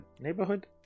neighborhood